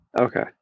Okay